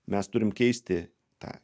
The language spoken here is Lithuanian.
mes turim keisti tą